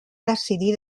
decidir